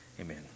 Amen